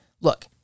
look